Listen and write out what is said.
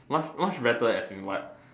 much much better as in what